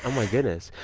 and my goodness.